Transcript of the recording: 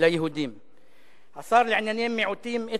אתה